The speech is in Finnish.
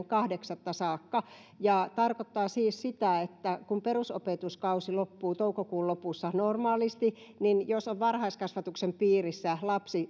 kahdeksatta saakka ja se tarkoittaa siis sitä että kun perusopetuskausi loppuu toukokuun lopussa normaalisti niin jos lapsi on varhaiskasvatuksen piirissä